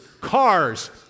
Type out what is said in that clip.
cars